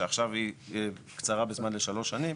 שעכשיו היא קצרה בזמן לשלוש שנים,